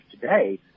today